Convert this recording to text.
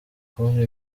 kubona